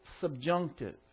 subjunctive